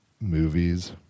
movies